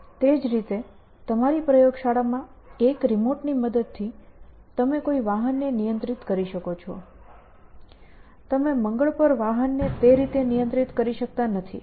જે રીતે તમારી પ્રયોગશાળામાં એક રીમોટ ની મદદ થી તમે કોઈ વાહનને નિયંત્રિત કરી શકો છો તમે મંગળ પર વાહનને તે રીતે નિયંત્રિત કરી શકતા નથી